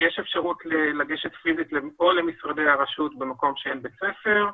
יש אפשרות לגשת פיזית או למשרדי הרשות במקום שאין בית ספר,